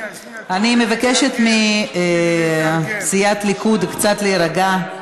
אני מבקשת מסיעת הליכוד להירגע קצת,